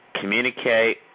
communicate